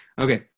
Okay